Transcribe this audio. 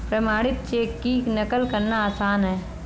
प्रमाणित चेक की नक़ल करना आसान है